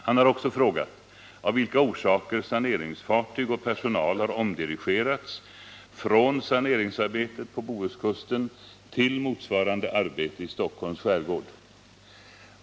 Han har också frågat av vilka orsaker saneringsfartyg och personal har omdirigerats från saneringsarbetet på Bohuskusten till motsvarande arbete i Stockholms skärgård.